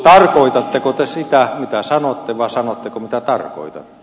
tarkoitatteko te sitä mitä sanotte vai sanotteko mitä tarkoitatte